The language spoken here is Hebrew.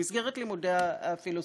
במסגרת לימודי הפילוסופיה.